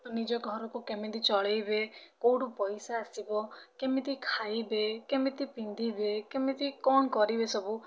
ନିଜ ଘରକୁ କେମିତି ଚଳେଇବେ କୋଉଠୁ ପଇସା ଆସିବ କେମିତି ଖାଇବେ କେମିତି ପିନ୍ଧିବେ କେମିତି କଣ କରିବେ ସବୁ